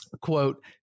quote